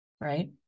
right